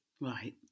Right